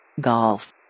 Golf